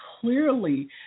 clearly